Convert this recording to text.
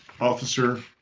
officer